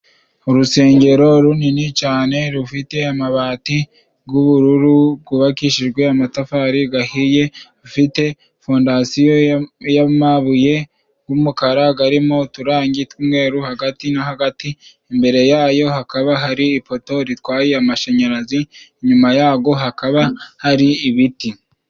Urusengero runini cyane rufite amabati y'ubururu rwubakishijwe amatafari ahiye. Rufite fondasiyo y'amabuye y'umukara arimo uturangi tw'umweru hagati na hagati. Imbere yayo hakaba hari ipoto ritwaye amashanyarazi, inyuma yaho hakaba hari ibiti.